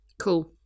cool